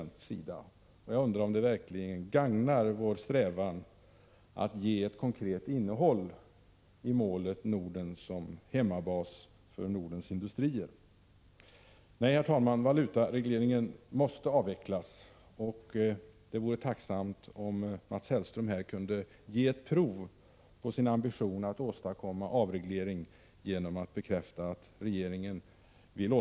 Jag undrar om det verkligen gagnar vår strävan att ge ett konkret innehåll åt målet: Norden som hemmabas för Nordens industrier. Nej, herr talman, valutaregleringen måste avvecklas, och det vore tacknämligt om Mats Hellström här kunde ge ett prov på sin ambition att åstadkomma avreglering.